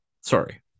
sorry